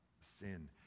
sin